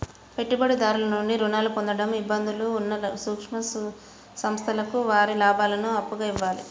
పెట్టుబడిదారుల నుండి రుణాలు పొందడంలో ఇబ్బందులు ఉన్న సూక్ష్మ సంస్థలకు వారి లాభాలను అప్పుగా ఇవ్వాలి